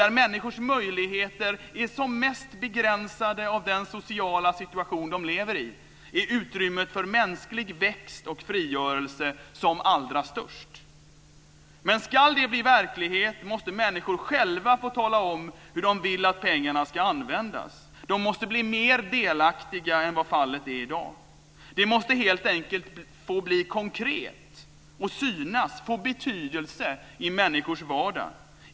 Där människors möjligheter är som mest begränsade av den sociala situation som de lever i är utrymmet för mänsklig växt och frigörelse som allra störst. Men om det här ska bli verklighet måste människor själva få tala om hur de vill att pengarna ska användas. De måste bli mer delaktiga än vad fallet är i dag. Det här måste helt enkelt bli konkret och synas, få betydelse, i människors vardag.